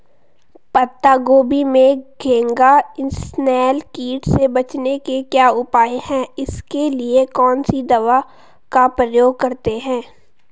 पत्ता गोभी में घैंघा इसनैल कीट से बचने के क्या उपाय हैं इसके लिए कौन सी दवा का प्रयोग करते हैं?